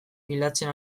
bilatzen